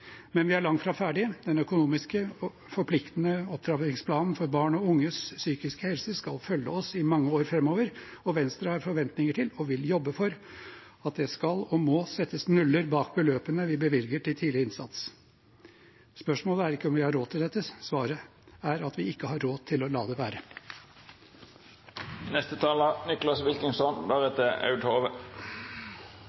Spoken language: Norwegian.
Men vi er langt fra ferdige. Den økonomisk forpliktende opptrappingsplanen for barn og unges psykiske helse skal følge oss i mange år framover, og Venstre har forventninger til og vil jobbe for at det skal og må settes nuller bak beløpene vi bevilger til tidlig innsats. Spørsmålet er ikke om vi har råd til dette. Svaret er at vi ikke har råd til å la det